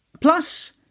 Plus